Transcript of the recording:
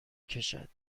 کشد